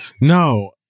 No